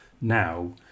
Now